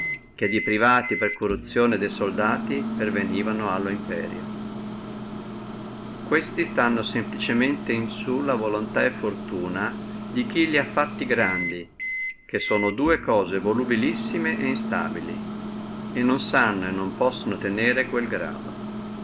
che di privati per corruzione de soldati pervenivano allo imperio questi stanno semplicemente in sulla voluntà e fortuna di chi lo ha concesso loro che sono dua cose volubilissime et instabili e non sanno e non possano tenere quel grado